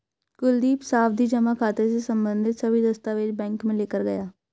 कुलदीप सावधि जमा खाता से संबंधित सभी दस्तावेज बैंक में लेकर गया